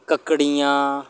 ककड़ियां